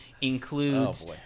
includes